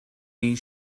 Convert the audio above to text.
این